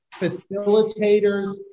facilitators